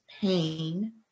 pain